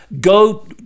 go